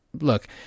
look